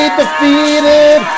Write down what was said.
defeated